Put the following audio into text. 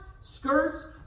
skirts